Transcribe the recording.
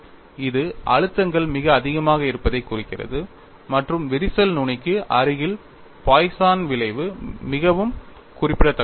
இது அழுத்தங்கள் மிக அதிகமாக இருப்பதைக் குறிக்கிறது மற்றும் விரிசல் நுனிக்கு அருகில் பாய்சன் விளைவு மிகவும் குறிப்பிடத்தக்கதாகும்